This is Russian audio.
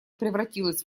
превратилось